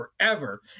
forever